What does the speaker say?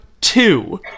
two